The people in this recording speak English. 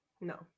No